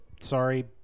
sorry